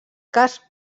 cas